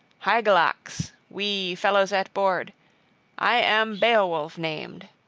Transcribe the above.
hygelac's, we, fellows at board i am beowulf named.